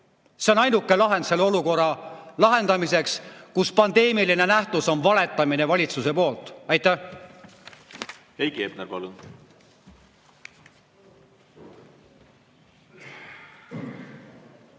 See on ainuke lahendus selle olukorra lahendamiseks, kus pandeemiline nähtus on valitsusepoolne valetamine. Aitäh!